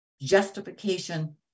justification